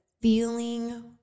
feeling